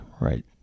right